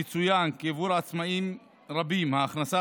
יצוין כי עבור עצמאים רבים ההכנסה